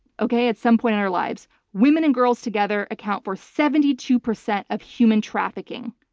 okay at some point in our lives women and girls together account for seventy two percent of human trafficking.